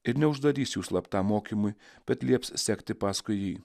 ir neuždarys jų slaptam mokymui bet lieps sekti paskui jį